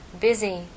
busy